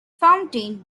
fountain